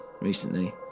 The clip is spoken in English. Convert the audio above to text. recently